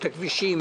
את הכבישים,